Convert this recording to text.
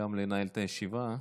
לנהל את הישיבה.